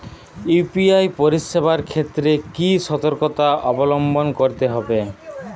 UPI পরিসেবার ক্ষেত্রে কি সতর্কতা অবলম্বন করতে হবে?